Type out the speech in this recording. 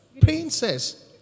Princess